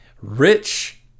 Rich